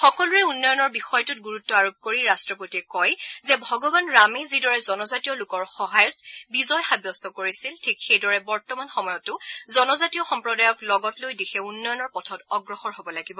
সকলোৰে উন্নয়নৰ বিষয়টোত গুৰুত্ব আৰোপ কৰি ৰাট্টপতিয়ে কয় যে ভগৱান ৰামে যিদৰে জনজাতীয় লোকৰ সহায়ত বিজয় সাব্যস্ত কৰিছিল ঠিক সেইদৰে বৰ্তমান সময়তো জনজাতীয় সম্প্ৰদায়ক লগত লৈ দেশে উন্নয়নৰ পথত অগ্ৰসৰ হ'ব লাগিব